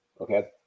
Okay